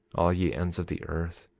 all ye ends of the earth,